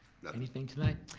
anything tonight?